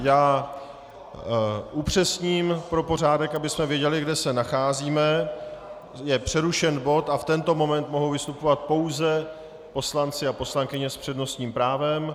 Já upřesním pro pořádek, abychom věděli, kde se nacházíme je přerušen bod a v tento moment mohou vystupovat pouze poslanci a poslankyně s přednostním právem.